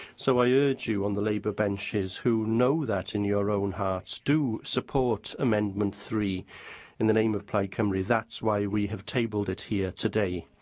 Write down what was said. so, i urge you on the labour benches who know that in your own hearts do support amendment three in the name of plaid cymru. that's why we have tabled it here today.